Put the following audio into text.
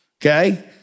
okay